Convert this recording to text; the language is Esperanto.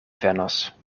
venos